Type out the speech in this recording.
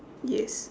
yes